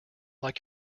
like